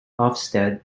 ofsted